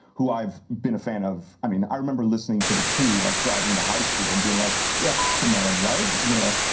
who i've been a fan of i mean, i remember listening to the coup, like, driving to high school and being like, yeah the man, right, you know?